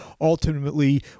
ultimately